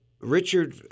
Richard